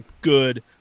good